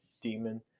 demon